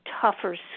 tougher